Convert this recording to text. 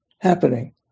happening